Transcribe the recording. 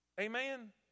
Amen